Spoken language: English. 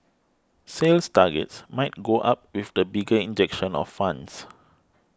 sales targets might go up with the bigger injection of funds